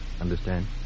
Understand